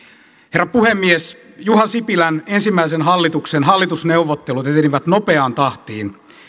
herra puhemies juha sipilän ensimmäisen hallituksen hallitusneuvottelut etenivät nopeaan tahtiin